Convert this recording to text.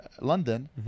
London